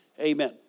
Amen